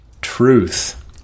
truth